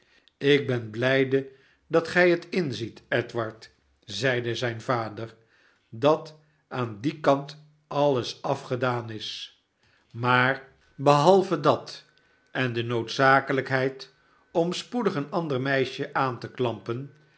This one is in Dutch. ik ben blijde dat gij het inziet edward zeide zijn vader sdat aan dien kant alles afgedaan is maar behalve de zegen eens vaders immers blijven ruimen om een dat en de noodzakelijkheid om spoedig een ander meisje aan te klampen